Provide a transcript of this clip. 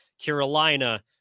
Carolina